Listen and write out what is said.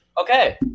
Okay